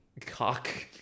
cock